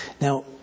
Now